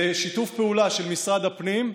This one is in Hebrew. זה שיתוף פעולה של משרד הפנים,